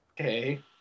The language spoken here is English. Okay